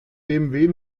bmw